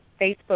Facebook